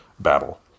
Battle